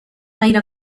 غیر